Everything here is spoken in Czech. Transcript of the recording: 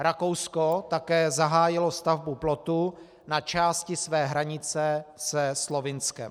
Rakousko také zahájilo stavbu plotu na části své hranice se Slovinskem.